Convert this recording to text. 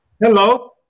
Hello